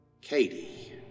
Katie